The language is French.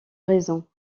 raisons